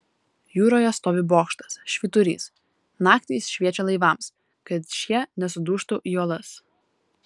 jūroje stovi bokštas švyturys naktį jis šviečia laivams kad šie nesudužtų į uolas